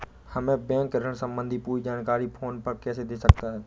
हमें बैंक ऋण संबंधी पूरी जानकारी फोन पर कैसे दे सकता है?